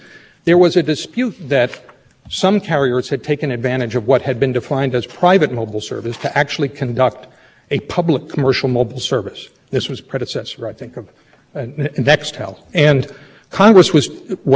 service or it's functional but now mobile broadband is not nascent which was that it was not in its infancy and in earlier in earlier years you could have thought of it is a developing service that itself wasn't as ubiquitous as it is now the commission